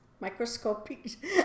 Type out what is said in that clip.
microscopic